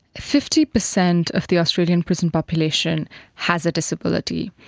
fifty percent of the australian prison population has a disability.